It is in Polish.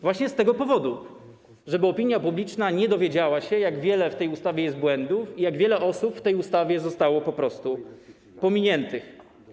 Właśnie z tego powodu: żeby opinia publiczna nie dowiedziała się, jak wiele w tej ustawie jest błędów i jak wiele osób w tej ustawie zostało po prostu pominiętych.